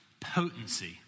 potency